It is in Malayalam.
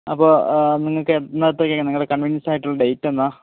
അപ്പോള് നിങ്ങള്ക്ക് എന്നത്തേക്ക് നിങ്ങളുടെ കൺവിൻസ്ഡായിട്ടൊരു ഡേയ്റ്റെന്നാ